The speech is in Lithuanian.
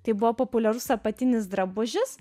tai buvo populiarus apatinis drabužis